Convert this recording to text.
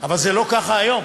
אבל זה לא ככה היום.